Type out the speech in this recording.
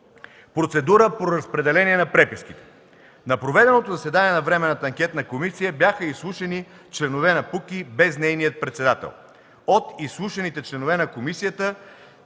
Процедура по разпределение на преписките. На проведените заседания на Временната анкетна комисия бяха изслушани членовете на КПУКИ, без нейния председател. От изслушаните членове на комисията,